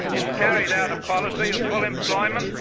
it's carried out a policy of full employment,